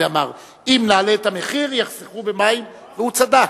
אמר: אם נעלה את המחיר יחסכו במים, והוא צדק.